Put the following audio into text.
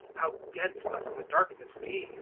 how dense must the darkness be